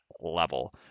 level